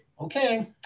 okay